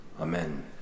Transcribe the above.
Amen